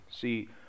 See